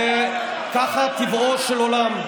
וככה טבעו של עולם.